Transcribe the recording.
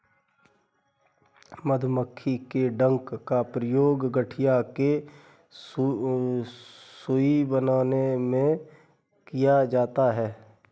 मधुमक्खी के डंक का प्रयोग गठिया की सुई बनाने में किया जाता है